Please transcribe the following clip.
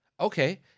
Okay